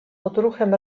odruchem